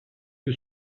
que